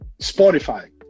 Spotify